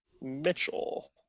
Mitchell